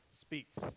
speaks